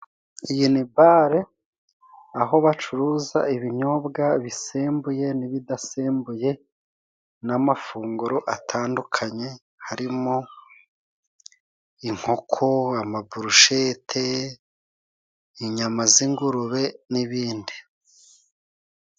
Iyi ni bare aho bacuruza ibinyobwa bisembuye n'ibidasembuye, n'amafunguro atandukanye harimo inkoko, amaburushete, inyama z'ingurube n'ibindi.